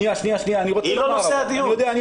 היא לא נושא הדיון.